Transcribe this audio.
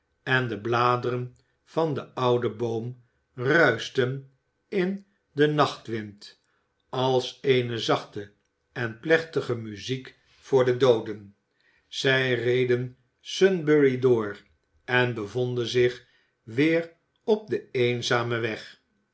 en de bladeren van den ouden boom ruischten in den nachtwind als eene zachte en plechtige muziek voor de dooden zij reden sunbury door en bevonden zich weer op den eenzamen weg